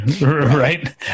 Right